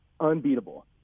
unbeatable